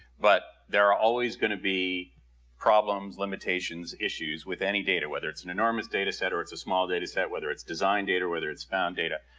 but there are always going to be problems, limitations, issues with any data whether it's an enormous data set or it's a small data set. whether it's designed data, whether it's found data.